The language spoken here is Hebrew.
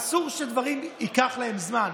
אסור שדברים, ייקח להם זמן.